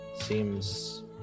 Seems